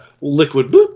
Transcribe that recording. liquid